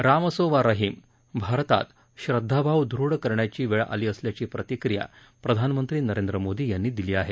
राम असो वा रहीम भारतात श्रद्धा भाव दृढ करण्याचीही वेळ असल्याची प्रतिक्रीया प्रधानमंत्री नरेंद्र मोदी यांनी दिली आहे